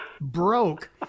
broke